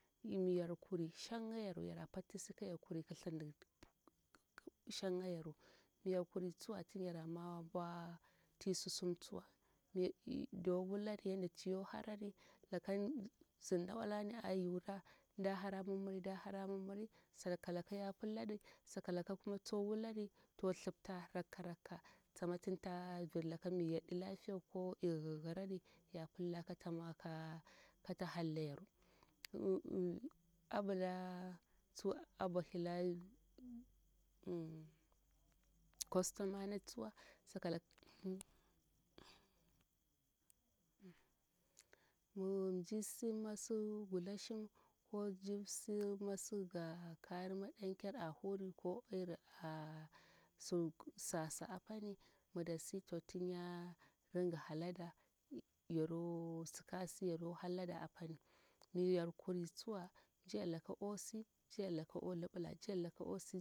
Miyar kuri shanga yar yara pattisi kayar kuri kithirni shanga yaru mi yar kuri tsuwa tin yara mwo mbwa ti susum tsuwa mi do wulari yadda tiwu harari lan bzir na olani ayura nda hara mim miri nda hara mim miri sakalaka ya pillari sakalaka kuma tso wulari to thipta rakka rakka tsama tin ta villaka mi yadi lafiyawa ko i yiryirari ya pilla kata mwo ka kata hallayaru, ambila tsu ambohila hm kostomana tsuwa saka laka hm mi mji si masi gulashin ko mji si masi ga kari madankir a huri ko iri a su sa sa apani mida si to tinya dinga halada yaro sikasi yaro hallada apani mi yar kuri tsuwa mjiyar laka osi mji yar laka o libila mji yar laka osi.